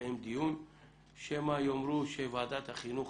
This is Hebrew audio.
נקיים דיון שמא יאמרו שוועדת החינוך